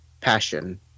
passion